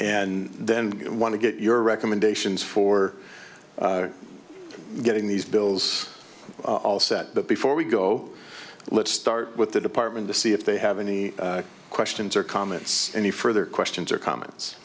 and then go and want to get your recommendations for getting these bills all set but before we go let's start with the department to see if they have any questions or comments any further questions or comments